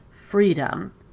freedom